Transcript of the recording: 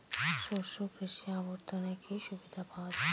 শস্য কৃষি অবর্তনে কি সুবিধা পাওয়া যাবে?